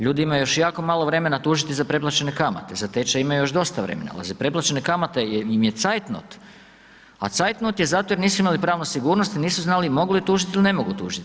Ljudi imaju još jako malo tužiti za preplaćene kamate, za tečaj imaju još dosta vremena, ali za preplaćene kamate im je zetinot, a zeitnot je zato jer nisu imali pravnu sigurnost, nisu znali mogu li tužiti ili ne mogu tužiti.